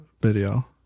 video